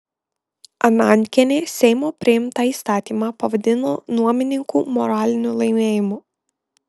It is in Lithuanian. anankienė seimo priimtą įstatymą pavadino nuomininkų moraliniu laimėjimu